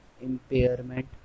impairment